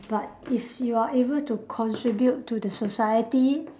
but if you are able to contribute to the society